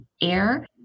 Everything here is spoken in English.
air